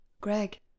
Greg